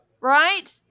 right